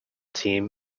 team